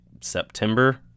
september